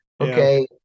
okay